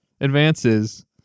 advances